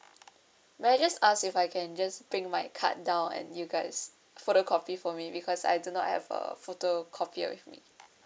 may I just ask if I can just bring my card down and you guys photocopy for me because I do not have a photocopier with me